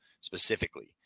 specifically